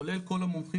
כולל כל המומחים,